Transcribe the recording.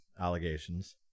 allegations